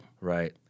right